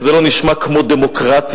זה לא נשמע כמו דמוקרטיה,